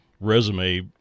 resume